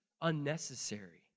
unnecessary